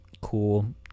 cool